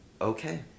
okay